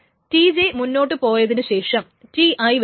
Tj മുന്നോട്ടു പോയതിനു ശേഷം Ti വരും